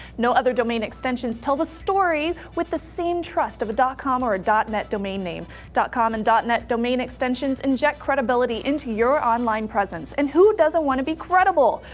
no other domain extensions tell the story with the same trust of a dot com or dot net domain name. and dot com and dot net domain extensions inject credibility into your online presence. and who doesn't want to be credible?